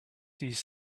these